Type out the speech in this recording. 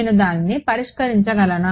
నేను దానిని పరిష్కరించగలనా